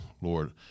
Lord